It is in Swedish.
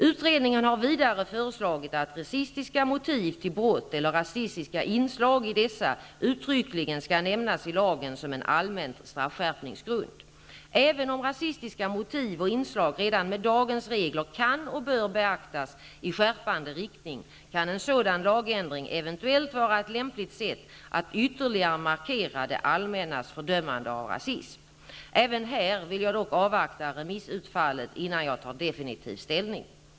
Utredningen har vidare föreslagit att rasistiska motiv till brott eller rasistiska inslag i dessa uttryckligen skall nämnas i lagen som en allmän straffskärpningsgrund. Även om rasistiska motiv och inslag redan med dagens regler kan och beaktas i skärpande riktning, kan en sådan lagändring eventuellt vara ett lämpligt sätt att ytterligare markera det allmännas fördömande av rasism. Även här vill jag dock avvakta remissutfallet innan jag tar definitiv ställning.